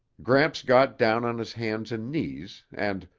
gramps got down on his hands and knees and,